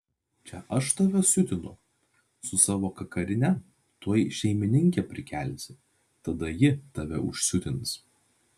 čia aš tave siutinu su savo kakarine tuoj šeimininkę prikelsi tada ji tave užsiutins